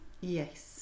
yes